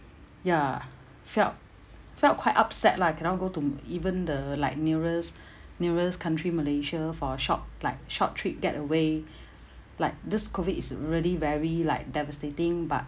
ya felt felt quite upset lah cannot go to even the like nearest nearest country malaysia for a short like short trip get away like this COVID is really very like devastating but